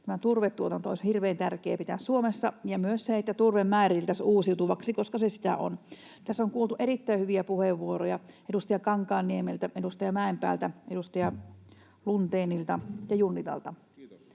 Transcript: tämä turvetuotanto pitää Suomessa ja myös että turve määriteltäisiin uusiutuvaksi, koska se sitä on. Tässä on kuultu erittäin hyviä puheenvuoroja edustaja Kankaanniemeltä, edustaja Mäenpäältä, edustaja Lundénilta ja edustaja